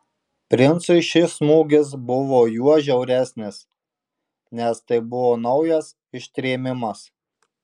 princui šis smūgis buvo juo žiauresnis nes tai buvo naujas ištrėmimas